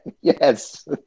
yes